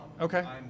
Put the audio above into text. Okay